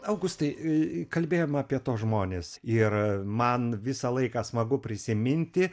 augustai kalbėjom apie tuos žmones ir man visą laiką smagu prisiminti